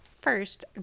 first